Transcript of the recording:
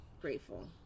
grateful